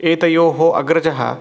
एतयोः अग्रजः